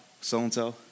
so-and-so